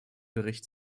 bericht